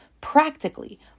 practically